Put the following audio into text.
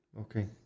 Okay